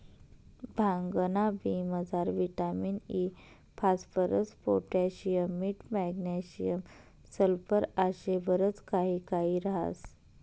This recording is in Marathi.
भांगना बी मजार विटामिन इ, फास्फरस, पोटॅशियम, मीठ, मॅग्नेशियम, सल्फर आशे बरच काही काही ह्रास